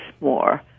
more